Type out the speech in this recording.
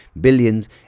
billions